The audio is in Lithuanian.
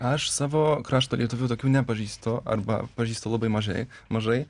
aš savo krašto lietuvių tokių nepažįstu arba pažįstu labai mažai mažai